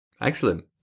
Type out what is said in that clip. excellent